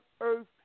Earth